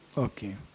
Okay